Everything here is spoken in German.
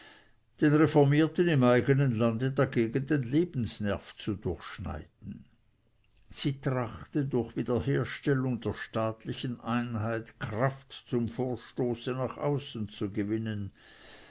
den reformierten im eigenen lande dagegen den lebensnerv zu durchschneiden sie trachte durch wiederherstellung der staatlichen einheit kraft zum vorstoß nach außen zu gewinnen